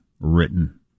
written